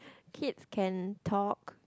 kids can talk